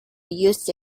use